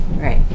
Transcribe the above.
Right